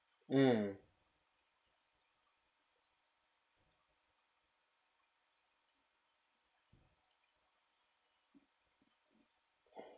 mm